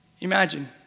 imagine